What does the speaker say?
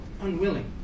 unwilling